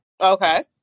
Okay